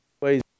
ways